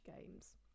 games